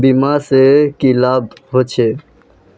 बीमा से की लाभ होचे?